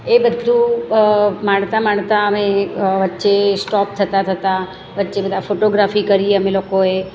એ બધું માણતાં માણતાં અમે એક વચ્ચે સ્ટોપ થતાં થતાં વચ્ચે બધા ફોટોગ્રાફી કરી અમે લોકોએ